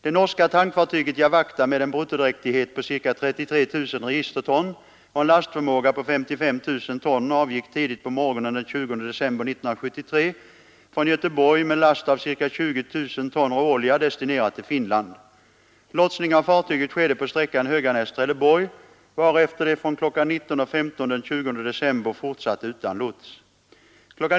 Det norska tankfartyget Jawachta med en bruttodräktighet på ca 33 000 registerton och en lastförmåga på 55 000 ton avgick tidigt på morgonen den 20 december 1973 från Göteborg med last av ca 20 000 ton råolja destinerad till Finland. Lotsning av fartyget skedde på sträckan Höganäs—Trelleborg, varefter det från kl. 19.15 den 20 december fortsatte utan lots. Kl.